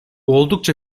oldukça